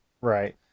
right